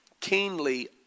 keenly